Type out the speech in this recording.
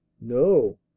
no